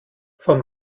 von